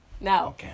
No